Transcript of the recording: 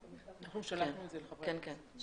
אנחנו שלחנו את זה לחברי הכנסת.